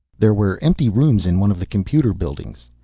there were empty rooms in one of the computer buildings.